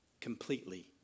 completely